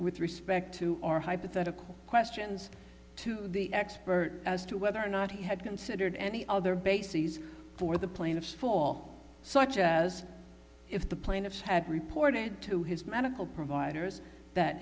with respect to our hypothetical questions to the expert as to whether or not he had considered any other bases for the plaintiff fall such as if the plaintiffs had reported to his medical providers that